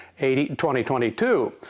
2022